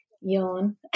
yawn